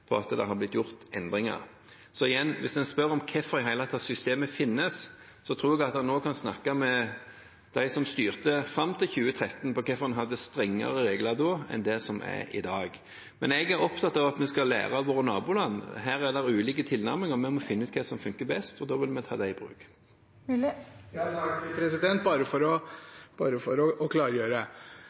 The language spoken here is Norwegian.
på at det har blitt gjort endringer. Så igjen: Hvis man spør om hvorfor systemet i det hele tatt finnes, så tror jeg at man også kan snakke med dem som styrte fram til 2013, om hvorfor man hadde strengere regler da enn det som er i dag. Men jeg er opptatt av at vi skal lære av våre naboland. Her er det ulike tilnærminger. Vi må finne ut hva som funker best, og da vil vi ta det i bruk. Bare for å klargjøre: Selvsagt skal de som er uegnet til å